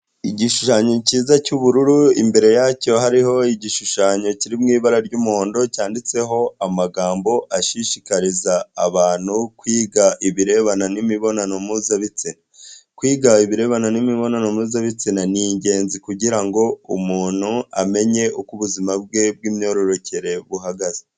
Igishushanyo cyiza cy'ubururu, imbere yacyo hariho igishushanyo kiri mu ibara ry'umuhondo, cyanditseho amagambo ashishikariza abantu kwiga ibirebana n'imibonano mpuzabitsina. Kwiga ibirebana n'imibonano mpuzabitsina ni ingenzi kugira ngo umuntu amenye uko ubuzima bwe bw'imyororokere buhagaze.